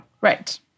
Right